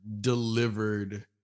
delivered